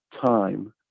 time